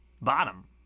bottom